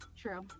True